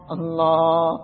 Allah